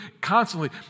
constantly